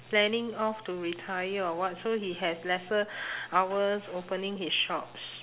planning off to retire or what so he has lesser hours opening his shops